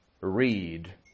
read